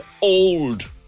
old